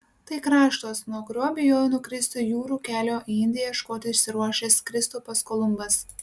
tai kraštas nuo kurio bijojo nukristi jūrų kelio į indiją ieškoti išsiruošęs kristupas kolumbas